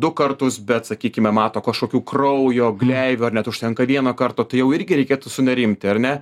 du kartus bet sakykime mato kažkokių kraujo gleivių ar net užtenka vieno karto tai jau irgi reikėtų sunerimti ar ne